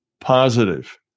positive